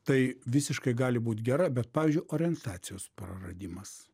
tai visiškai gali būt gera bet pavyzdžiui orientacijos praradimas